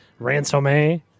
Ransomay